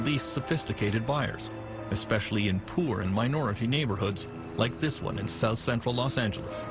least sophisticated buyers especially in poor and minority neighborhoods like this one in south central los angeles